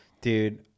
Dude